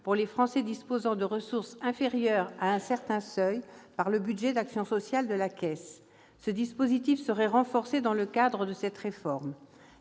pour les Français disposant de ressources inférieures à un certain seuil par le budget d'action sociale de la Caisse. Ce dispositif serait renforcé dans le cadre de cette réforme.